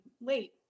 late